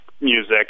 music